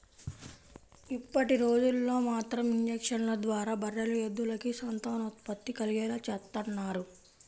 ఇప్పటిరోజుల్లో మాత్రం ఇంజక్షన్ల ద్వారా బర్రెలు, ఎద్దులకి సంతానోత్పత్తి కలిగేలా చేత్తన్నారు